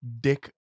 dick